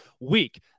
week